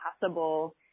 possible